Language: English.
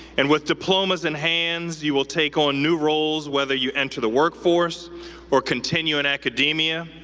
and with diplomas in hands, you will take on new roles, whether you enter the workforce or continue in academia